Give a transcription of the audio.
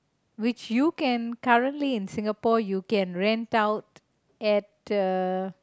which you can currently in Singapore you can rent out at uh